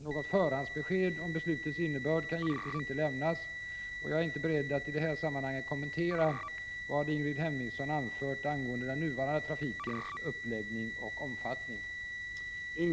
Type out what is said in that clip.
Något förhandsbesked om beslutets innebörd kan givetvis inte lämnas, och jag är inte beredd att i detta sammanhang kommentera vad Ingrid Hemmingsson anfört angående den nuvarande trafikens uppläggning och omfattning.